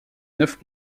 neuf